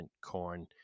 corn